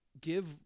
give